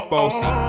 Bossy